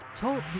Talk